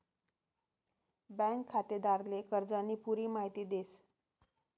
bank खातेदारले कर्जानी पुरी माहिती देस